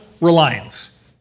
Reliance